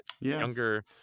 younger